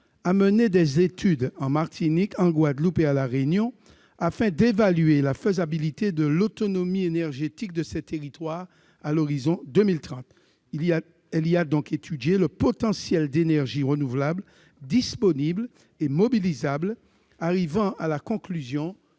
a mené des études en Martinique, en Guadeloupe et à La Réunion, afin d'évaluer la faisabilité de l'autonomie énergétique de ces territoires à l'horizon 2030. Elle y a donc étudié le potentiel d'énergies renouvelables disponibles et mobilisables, arrivant à la conclusion